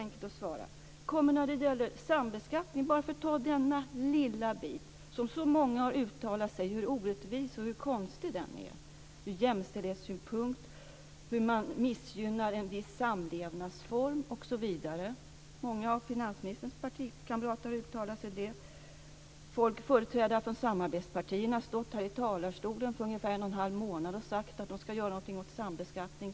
När det gäller sambeskattningen, för att bara ta denna lilla bit, har många uttalat sig om hur orättvis och konstig den är ur jämställdhetssynpunkt och hur den missgynnar en viss samlevnadsform osv. Många av finansministerns partikamrater har uttalat sig om det. Företrädare från samarbetspartierna har stått här i talarstolen för en och en halv månad sedan och sagt att de ska göra någonting åt sambeskattningen.